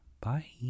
Bye